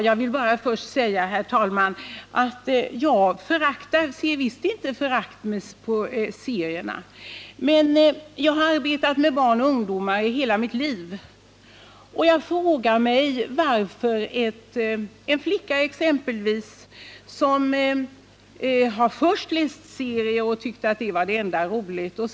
Herr talman! Jag ser visst inte med förakt på serierna. Jag har arbetat med barn och ungdomar i hela mitt liv, och jag frågar mig vad som är anledningen till att exempelvis följande kan inträffa: Först läser en flicka bara serier och tycker bäst om det.